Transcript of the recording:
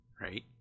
right